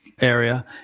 area